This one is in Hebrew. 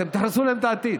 אתם תהרסו להם את העתיד.